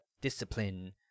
discipline